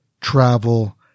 travel